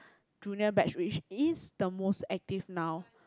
junior batch which is the most active now